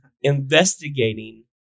investigating